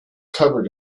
covered